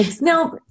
Now